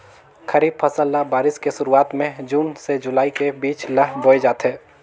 खरीफ फसल ल बारिश के शुरुआत में जून से जुलाई के बीच ल बोए जाथे